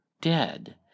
dead